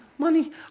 money